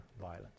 violence